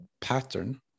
pattern